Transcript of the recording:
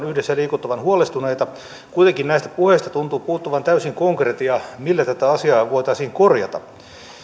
yhdessä liikuttavan huolestuneita kuitenkin näistä puheista tuntuu puuttuvan täysin konkretia millä tätä asiaa voitaisiin korjata